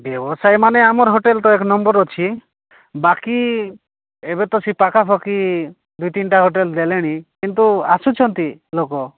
ବ୍ୟବସାୟୀମାନେ ଆମର ହୋଟେଲ ତ ଏକ ନମ୍ବର ଅଛି ବାକି ଏବେ ତ ସେ ପାଖାପାଖି ଦୁଇ ତିନିଟା ହୋଟେଲ ଦେଲେଣି କିନ୍ତୁ ଆସୁଛନ୍ତି ଲୋକ